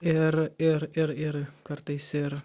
ir ir ir ir kartais ir